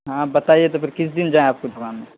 ہاں آپ بتائیے تو پھر کس دن جائیں آپ کے دکان میں